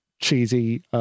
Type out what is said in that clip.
cheesy